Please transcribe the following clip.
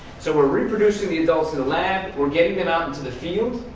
so we're reproducing the adults in the lab, we're getting them out into the field.